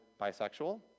bisexual